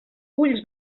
ulls